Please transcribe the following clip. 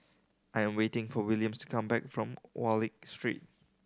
I'm waiting for Williams to come back from Wallich Street